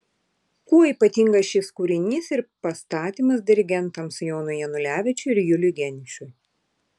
kuo ypatingas šis kūrinys ir pastatymas dirigentams jonui janulevičiui ir juliui geniušui